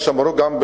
יש שאמרו גם,